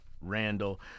Randall